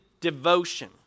devotion